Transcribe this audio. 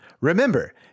Remember